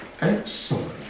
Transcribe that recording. Excellent